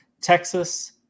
Texas